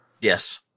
yes